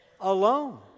alone